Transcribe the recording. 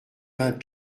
vingts